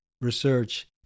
research